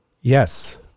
Yes